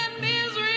misery